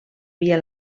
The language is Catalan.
via